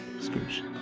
Scrooge